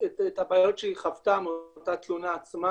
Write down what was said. ואת הבעיות שהיא חוותה מאותה תלונה עצמה.